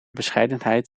bescheidenheid